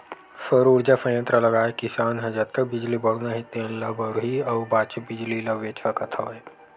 सउर उरजा संयत्र लगाए किसान ह जतका बिजली बउरना हे तेन ल बउरही अउ बाचे बिजली ल बेच सकत हवय